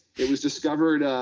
it was discovered